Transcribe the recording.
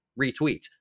retweet